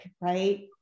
right